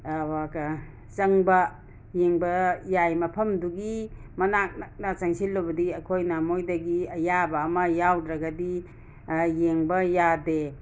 ꯆꯪꯕ ꯌꯦꯡꯕ ꯌꯥꯏ ꯃꯐꯝꯗꯨꯒꯤ ꯃꯅꯥꯛ ꯅꯛꯅ ꯆꯪꯁꯤꯜꯂꯨꯕꯗꯤ ꯑꯩꯈꯣꯏꯅ ꯃꯣꯏꯗꯒꯤ ꯑꯌꯥꯕ ꯑꯃ ꯌꯥꯎꯗ꯭ꯔꯒꯗꯤ ꯌꯦꯡꯕ ꯌꯥꯗꯦ